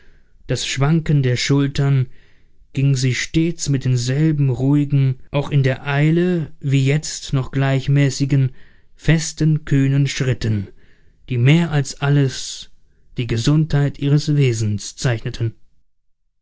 das schwanken der schultern ging sie stets mit denselben ruhigen auch in der eile wie jetzt noch gleichmäßigen festen kühnen schritten die mehr als alles die gesundheit ihres wesens zeichneten